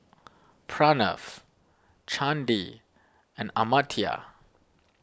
Pranav Chandi and Amartya